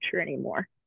anymore